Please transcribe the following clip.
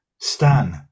Stan